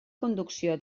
conducció